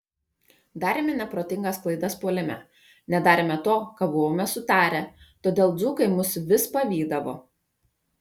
darėme neprotingas klaidas puolime nedarėme to ką buvome sutarę todėl dzūkai mus vis pavydavo